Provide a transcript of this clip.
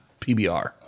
PBR